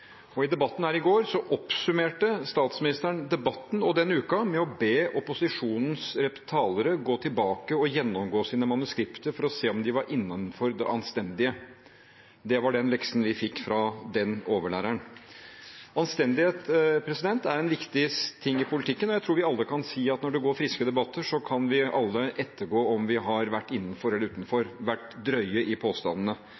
I debatten her i går oppsummerte statsministeren debatten og uka med å be opposisjonens talere gå tilbake og gjennomgå sine manuskripter for å se om de var innenfor det anstendige. Det var den leksen vi fikk fra den overlæreren. Anstendighet er viktig i politikken, og jeg tror vi alle kan si at når det er friske debatter, kan vi alle ettergå om vi har vært innenfor eller